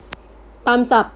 thumbs up